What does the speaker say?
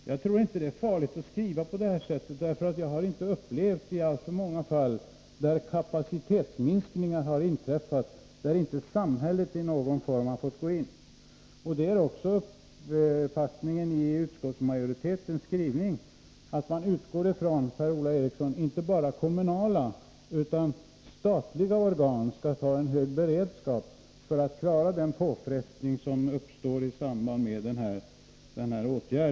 Jag tror inte att det är farligt att skriva på det här sättet, för jag har inte upplevt att det varit alltför många fall där inte samhället i någon form har fått ingripa sedan kapacitetsminskningar har inträffat. I utskottsmajoritetens skrivning står också att man utgår ifrån att inte bara kommunala utan också statliga organ skall ha en hög beredskap för att klara den påfrestning som uppstår i samband med denna åtgärd.